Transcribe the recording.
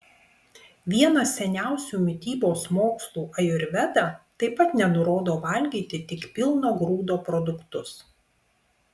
vienas seniausių mitybos mokslų ajurveda taip pat nenurodo valgyti tik pilno grūdo produktus